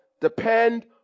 depend